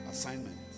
assignment